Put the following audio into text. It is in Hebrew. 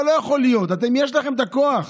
אבל לא יכול להיות, יש לכם את הכוח.